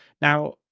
Now